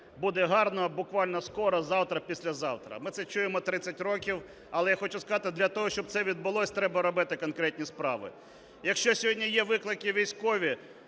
буде гарно буквально скоро (завтра, післязавтра). Ми це чуємо 30 років, але я хочу сказати, для того, щоб це відбулося, треба робити конкретні справи. Якщо сьогодні є виклики військові,